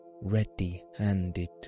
ready-handed